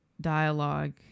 dialogue